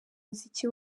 muziki